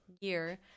year